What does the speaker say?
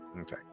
Okay